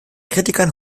kritikern